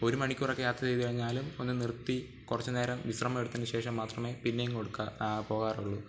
ഒരു മണിക്കൂറൊക്കെ യാത്ര ചെയ്തു കഴിഞ്ഞാലും ഒന്നു നിർത്തി കുറച്ചു നേരം വിശ്രമം എടുത്തതിനു ശേഷം മാത്രമേ പിന്നെയങ്ങ് എടുക്കാൻ പോകാറുള്ളു